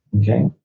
okay